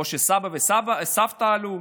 סבא וסבתא עלו,